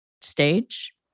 stage